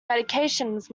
medications